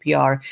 PR